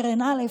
קרן Aleph,